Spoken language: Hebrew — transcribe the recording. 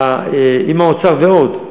עם האוצר ועוד,